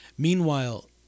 Meanwhile